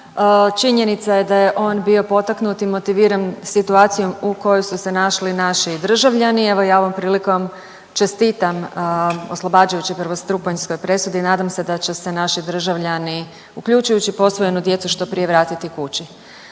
Činjenica je da je on bio potaknut i motiviran situacijom u kojoj su se našli naši državljani. Evo ja ovom prilikom čestitam oslobađajućoj prvostupanjskoj presudi nadam se da će se naši državljani, uključujući posvojenu djecu što prije vratiti kući.